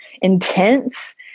intense